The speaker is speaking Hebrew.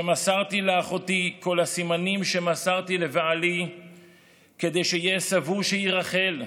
שמסרתי לאחותי את כל הסימנים שמסרתי לבעלי כדי שיהיה סבור שהיא רחל,